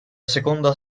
seconda